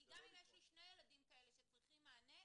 כי גם אם יש לי שני ילדים כאלה שצריכים מענה,